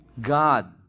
God